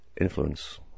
influence